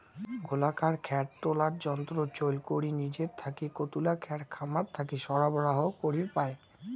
গোলাকার খ্যার তোলার যন্ত্র চইল করি নিজের থাকি কতুলা খ্যার খামার থাকি সরবরাহ করির পায়?